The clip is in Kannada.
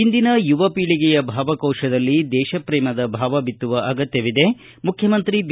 ಇಂದಿನ ಯುವ ಪೀಳಿಗೆಯ ಭಾವಕೋಶದಲ್ಲಿ ದೇಶಪ್ರೇಮದ ಭಾವ ಬಿತ್ತುವ ಅಗತ್ಯವಿದೆ ಮುಖ್ಯಮಂತ್ರಿ ಬಿ